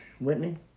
Whitney